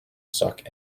suck